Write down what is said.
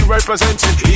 Representing